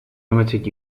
limited